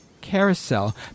carousel